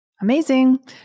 Amazing